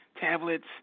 tablets